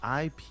IP